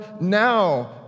now